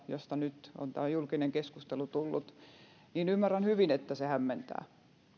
josta nyt on tämä julkinen keskustelu tullut ymmärrän hyvin että se hämmentää